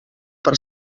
per